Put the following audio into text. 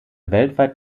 weltweit